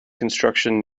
construction